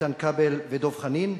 איתן כבל ודב חנין,